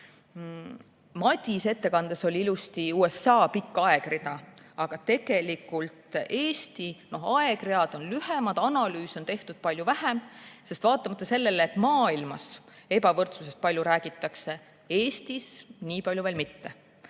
Madise ettekandes oli ilusasti USA pikk aegrida. Eesti aegread on lühemad, analüüse on tehtud palju vähem, sest vaatamata sellele, et maailmas ebavõrdsusest palju räägitakse, Eestis nii palju veel mitte.